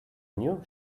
new